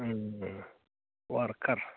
worker